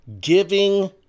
giving